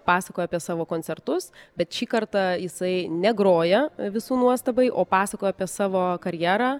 pasakoja apie savo koncertus bet šį kartą jisai ne groja visų nuostabai o pasakoja apie savo karjerą